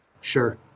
Sure